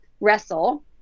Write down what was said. wrestle